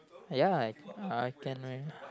ya I I can